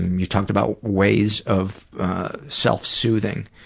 you talked about ways of self-soothing